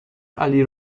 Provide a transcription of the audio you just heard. علی